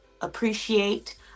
appreciate